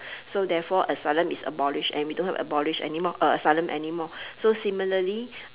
so therefore asylum is abolish and we don't have abolish anymore uh uh asylum anymore so similarly